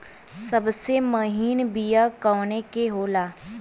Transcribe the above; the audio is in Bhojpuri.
सबसे महीन बिया कवने के होला?